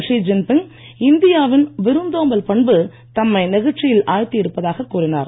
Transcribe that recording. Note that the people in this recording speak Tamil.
ஷி ஜின்பிங் இந்தியா வின் விருந்தோம்பல் பண்பு தம்மை நெகிழ்ச்சியில் ஆழ்த்தியிருப்பதாகக் கூறினார்